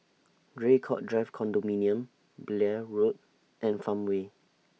Draycott Drive Condominium Blair Road and Farmway